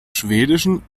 schwedischen